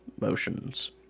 motions